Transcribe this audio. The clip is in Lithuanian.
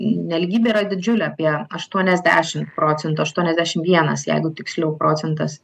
nelygybė yra didžiulė apie aštuoniasdešim procentų aštuoniasdešim vienas jeigu tiksliau procentas